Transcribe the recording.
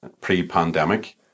pre-pandemic